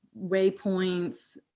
waypoints